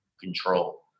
control